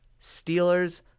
Steelers